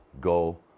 go